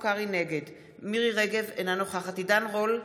נגד מירי מרים רגב, אינה נוכחת עידן רול,